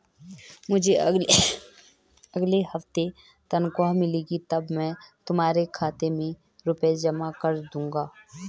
मुझे अगले हफ्ते तनख्वाह मिलेगी तब मैं तुम्हारे खाते में रुपए जमा कर दूंगा